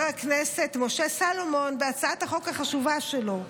הכנסת משה סולומון בהצעת החוק החשובה שלו.